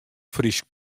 frysk